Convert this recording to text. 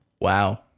Wow